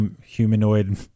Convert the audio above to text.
humanoid